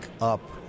up